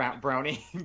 Brownie